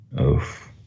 Oof